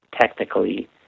technically